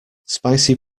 spicy